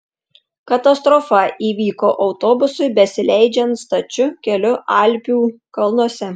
katastrofa įvyko autobusui besileidžiant stačiu keliu alpių kalnuose